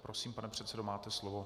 Prosím, pane předsedo, máte slovo.